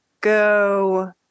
go